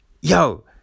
yo